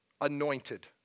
anointed